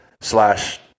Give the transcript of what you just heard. slash